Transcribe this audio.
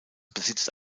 besitzt